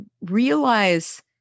realize